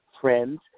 friends